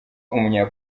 umunya